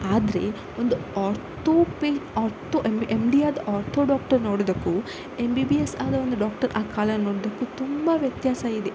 ಆದರೆ ಒಂದು ಆರ್ತೋ ಪೆ ಆರ್ತೋ ಎಮ್ ಡಿ ಆದ ಆರ್ಥೋ ಡಾಕ್ಟರ್ ನೋಡೋದಕ್ಕೂ ಎಮ್ ಬಿ ಬಿ ಎಸ್ ಆದ ಒಂದು ಡಾಕ್ಟರ್ ಆ ಕಾಲನ್ನು ನೋಡೋದಕ್ಕೂ ತುಂಬ ವ್ಯತಾಸ ಇದೆ